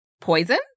Poison